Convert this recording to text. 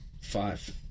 Five